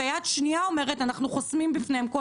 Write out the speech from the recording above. ויד שנייה אומרת אנחנו חוסמים בפניהם כל